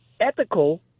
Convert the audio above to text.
ethical